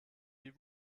die